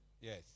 Yes